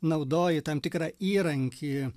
naudoji tam tikrą įrankį